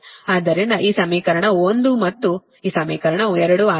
ಆದ್ದರಿಂದ ಈ ಸಮೀಕರಣವು 1 ಮತ್ತು ಈ ಸಮೀಕರಣವು 2 ಆಗಿದೆ